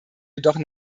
jedoch